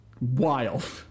wild